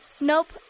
Nope